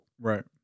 Right